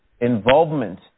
involvement